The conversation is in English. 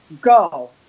Go